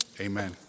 Amen